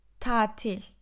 tatil